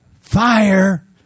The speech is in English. fire